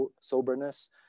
soberness